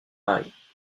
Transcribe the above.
marie